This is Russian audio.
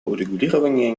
урегулирования